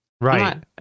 Right